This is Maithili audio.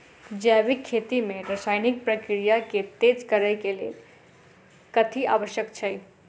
जैविक खेती मे रासायनिक प्रक्रिया केँ तेज करै केँ कऽ लेल कथी आवश्यक छै?